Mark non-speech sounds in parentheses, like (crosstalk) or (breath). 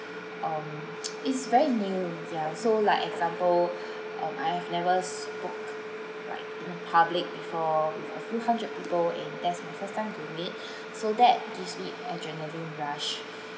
um (noise) it's very new ya so like example (breath) um I have never spoke like in the public before with a few hundred people and that's my first time doing it (breath) so that gives me adrenaline rush